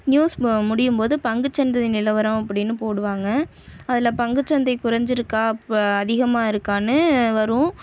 news முடியும் போது பங்குச்சந்தை நிலவரம் அப்படின்னு போடுவாங்கள் அதில் பங்குச்சந்தை குறைஞ்சுருக்கா போ அதிகமாக இருக்கான்னு வரும்